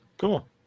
cool